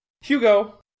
Hugo